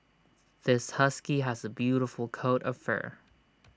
this husky has A beautiful coat of fur